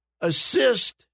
assist